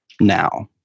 now